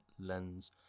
lens